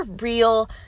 real